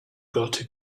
gotta